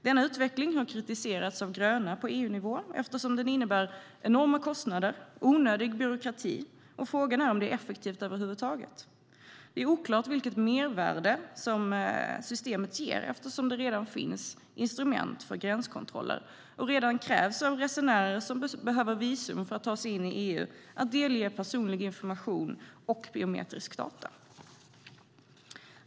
Denna utveckling har kritiserats av gröna på EU-nivå eftersom den innebär enorma kostnader och onödig byråkrati. Frågan är också om det är effektivt över huvud taget. Det är oklart vilket mervärde systemet ger, eftersom det redan finns instrument för gränskontroller och redan krävs av resenärer som behöver visum för att ta sig in i EU att de ska delge personlig information och biometrisk data.